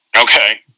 Okay